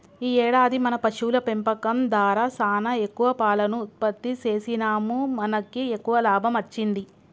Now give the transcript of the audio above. ఈ ఏడాది మన పశువుల పెంపకం దారా సానా ఎక్కువ పాలను ఉత్పత్తి సేసినాముమనకి ఎక్కువ లాభం అచ్చింది